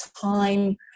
time